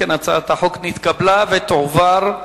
התשס"ט 2009,